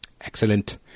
Excellent